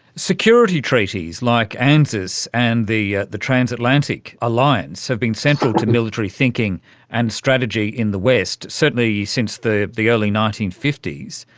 security treaties like anzus and the yeah the transatlantic alliance have been central to military thinking and strategy in the west, certainly since the the early nineteen fifty s.